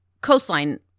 coastline